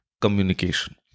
communication